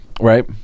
Right